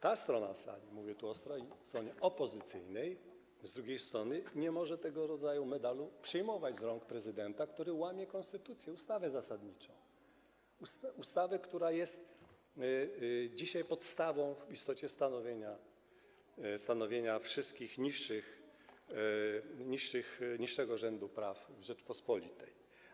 Ta strona sali, mówię tu o stronie opozycyjnej, z drugiej strony, nie może tego rodzaju medalu przyjmować z rąk prezydenta, który łamie konstytucję, ustawę zasadniczą, ustawę, która jest dzisiaj podstawą w istocie stanowienia wszystkich niższego rzędu praw w Rzeczypospolitej.